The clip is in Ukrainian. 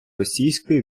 російської